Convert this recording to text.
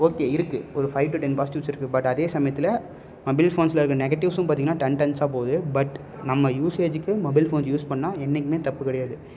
okay இருக்குது ஒரு five to ten positives இருக்குது பட் அதே சமயத்தில் மொபைல் ஃபோன்ஸில் இருக்கற நெகட்டிவ்ஸ்ஸும் பார்த்தீங்கன்னா டன் டன்சாக போகுது பட் நம்ம யூசேஜிக்கு மொபைல் ஃபோன்ஸ் யூஸ் பண்ணால் என்றைக்குமே தப்பு கிடையாது